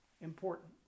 important